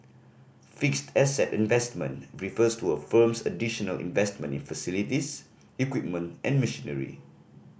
fixed asset investment refers to a firm's additional investment in facilities equipment and machinery